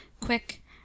quick